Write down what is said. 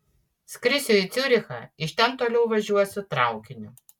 skrisiu į ciurichą iš ten toliau važiuosiu traukiniu